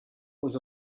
was